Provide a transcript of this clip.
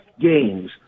games